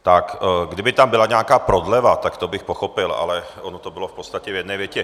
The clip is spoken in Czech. Tak kdyby tam byla nějaká prodleva, to bych pochopil, ale ono to bylo v podstatě v jedné větě.